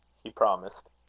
he promised.